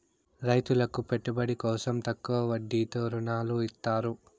రైతులకు పెట్టుబడి కోసం తక్కువ వడ్డీతో ఋణాలు ఇత్తారు